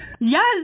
yes